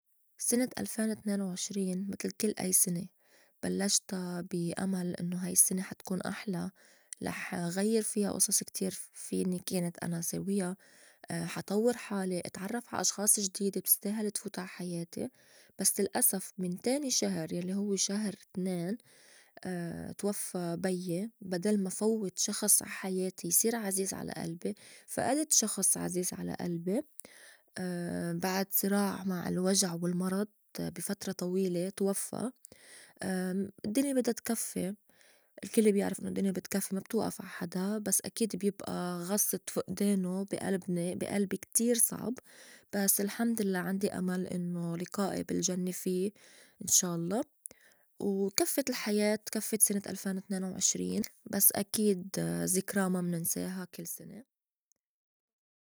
سنة ألفين تنينا وعشرين متل كل أي سنة بلّشتا بي أمل إنّو هاي السّنة حا تكون أحلى لح غيّر فيا أصص كتير فيني كانت أنا ساويا حا طوّر حالي إتعرّف عا أشخاص جديدة بتستاهل تفوت عا حياتي بس للأسف من تاني شهر يلّي هوّ شهر اتنين توفّى بيي بدال ما فوّت شخص عا حياتي يصير عزيز على ألبي فئدت شخص عزيز على ألبي بعد صراع مع الوجع والمرض بي فترة طويلة توفّى، الدّني بدّا تكفّي الكل بيعرف إنّو الدّني بتكفّي ما بتوئف عا حدا بس أكد بيبئى غصّة فئدانو بي ألبنا بي ألبي كتير صعب بس الحمدلله عندي أمل إنّو لِقائي بالجنّة في إن شا الله وكفّت الحياة وكفّت سنة ألفين تنينا وعشرين بس أكيد زكرى ما مننساها كل سنة.